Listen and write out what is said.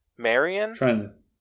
Marion